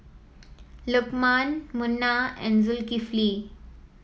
Lukman Munah and Zulkifli